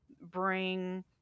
bring